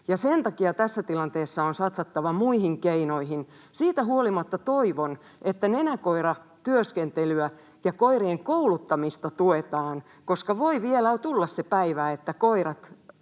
sen takia tässä tilanteessa on satsattava muihin keinoihin. Siitä huolimatta toivon, että nenäkoiratyöskentelyä ja ‑koirien kouluttamista tuetaan, koska voi vielä tulla se päivä, että koirat